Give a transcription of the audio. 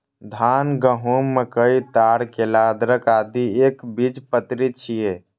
धान, गहूम, मकई, ताड़, केला, अदरक, आदि एकबीजपत्री छियै